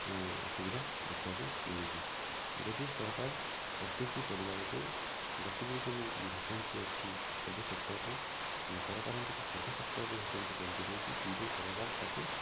ଅସୁବିଧା ଦେଖିବାକୁ ମିଳୁଛି ଯଦି ସରକାର ପ୍ରତିଟି ପରିବାରକୁ ଯେତିକିବି ସବୁ ଭେକେନ୍ସି ଅଛି ସବୁ ସେକ୍ଟର୍ରେ ସରକାର୍ଙ୍କର ସବୁ ସେକ୍ଟର୍ରେ ଭେକେନ୍ସି ପଡିକି ରହିଛି କିନ୍ତୁ ସରକାର ତାକୁ